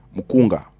Mukunga